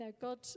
God